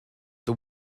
the